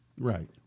Right